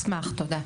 נשמח, תודה.